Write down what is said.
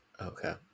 Okay